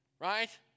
right